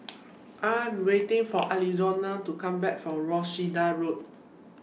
I Am waiting For Alonzo to Come Back from Worcester Road